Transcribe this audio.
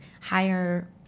higher